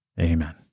Amen